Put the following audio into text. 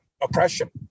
oppression